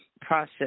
process